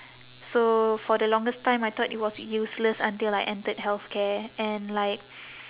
so for the longest time I thought it was useless until I entered healthcare and like